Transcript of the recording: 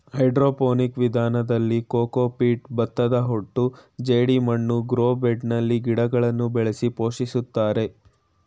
hydroponic ವಿಧಾನದಲ್ಲಿ cocopeat, ಭತ್ತದಹೊಟ್ಟು ಜೆಡಿಮಣ್ಣು ಗ್ರೋ ಬೆಡ್ನಲ್ಲಿ ಗಿಡಗಳನ್ನು ಬೆಳೆಸಿ ಪೋಷಿಸುತ್ತಾರೆ